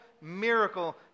miracle